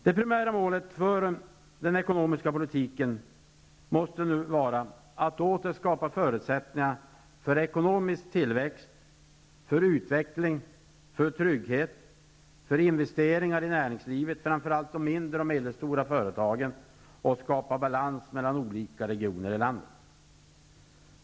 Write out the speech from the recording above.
Det primära målet för den ekonomiska politiken måste nu vara att åter skapa förutsättningar för ekonomisk tillväxt, för trygghet, för investeringar i näringslivet, framför allt i de mindre och medelstora företagen, och skapa balans mellan olika regioner i landet.